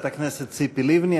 לחברת הכנסת ציפי לבני.